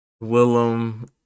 Willem